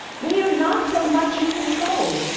we are not so much in control.